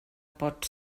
pot